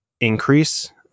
increase